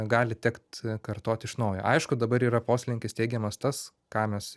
gali tekt kartot iš naujo aišku dabar yra poslinkis teigiamas tas ką mes